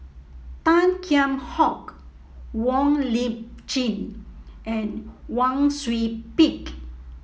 Tan Kheam Hock Wong Lip Chin and Wang Sui Pick